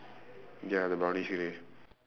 ya the brownish grey